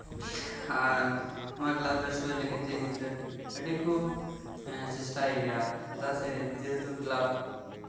ᱟᱨ ᱱᱚᱣᱟ ᱠᱞᱟᱵ ᱨᱮ ᱥᱳᱭ ᱞᱟ ᱜᱤᱫ ᱛᱮ ᱜᱤᱫᱽᱨᱟᱹ ᱟ ᱰᱤ ᱠᱚ ᱪᱮᱥᱴᱟᱭ ᱜᱮᱭᱟ ᱪᱮᱫᱟᱜ ᱥᱮ ᱡᱮᱦᱮᱛᱩ ᱠᱞᱟᱵ